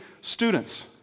students